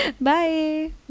Bye